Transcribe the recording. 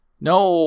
No